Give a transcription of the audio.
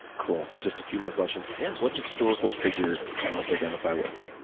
cool. just a few more questions. yeah. what historical figure do you most identify with?